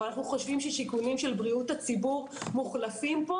אבל שיקולים של בריאות הציבור מוחלפים פה